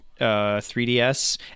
3DS